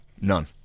None